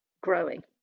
growing